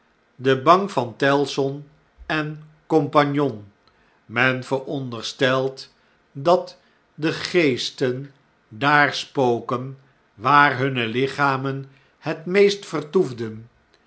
de bank van tellson en cie men vooronderstelt dat de geesten daar spoken waar hunne lichamen het meest vertoefden